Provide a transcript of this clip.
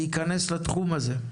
כדי להיכנס לתחום הזה.